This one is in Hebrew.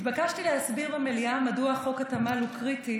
התבקשתי להסביר במליאה מדוע חוק התמ"ל הוא קריטי